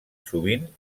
sovint